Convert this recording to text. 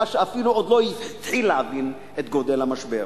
שאפילו עוד לא התחיל להבין את גודל המשבר.